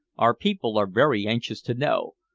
our people are very anxious to know,